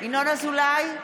ינון אזולאי,